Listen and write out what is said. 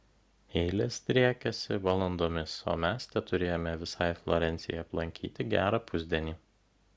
eilės driekiasi valandomis o mes teturėjome visai florencijai aplankyti gerą pusdienį